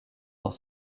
dans